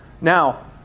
now